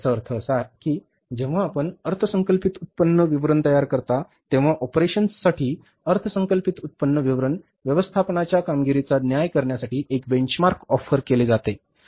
याचा अर्थ असा की जेव्हा आपण अर्थसंकल्पित उत्पन्न विवरण तयार करता तेव्हा ऑपरेशन्ससाठी अर्थसंकल्पित उत्पन्न विवरण व्यवस्थापनाच्या कामगिरीचा न्याय करण्यासाठी एक बेंचमार्क ऑफर केले जाते